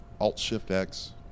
Alt-Shift-X